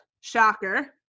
Shocker